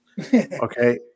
Okay